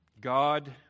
God